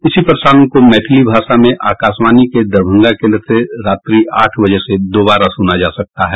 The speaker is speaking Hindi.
इसी प्रसारण को मैथिली भाषा में आकाशवाणी के दरभंगा केन्द्र से रात्रि आठ बजे से दोबारा सुना जा सकता है